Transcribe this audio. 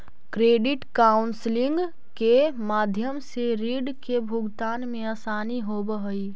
credit counselling के माध्यम से रीड के भुगतान में असानी होवऽ हई